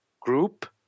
group